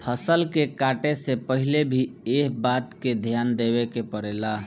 फसल के काटे से पहिले भी एह बात के ध्यान देवे के पड़ेला